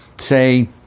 say